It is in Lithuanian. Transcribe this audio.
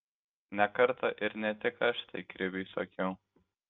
ne kartą ir ne tik aš tai kriviui sakiau